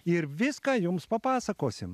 ir viską jums papasakosim